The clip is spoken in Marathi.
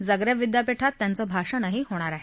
जग्रेब विद्यापिठात त्यांचं भाषणही होणार आहे